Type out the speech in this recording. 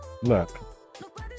look